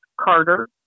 Carter